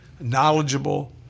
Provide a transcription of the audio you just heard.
knowledgeable